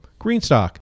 Greenstock